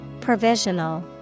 Provisional